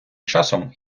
часом